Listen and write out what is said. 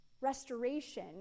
restoration